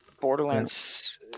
borderlands